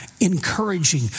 encouraging